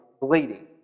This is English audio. bleeding